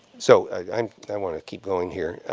so i want to keep going here.